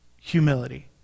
Humility